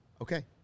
Okay